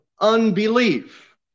unbelief